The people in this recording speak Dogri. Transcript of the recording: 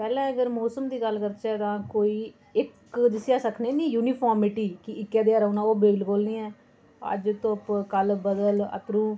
पैह्ले अगर मौसम दी गल्ल करचै तां कोई इक जिसी अस आखनें नी यूनिफॉर्मिटी कि इक्कै जेहा रौह्ना ओह् बिलकुल निं ऐ अज्ज धुप्प कल बद्दल अत्तरूं